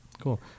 Cool